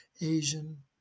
Asian